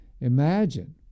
Imagine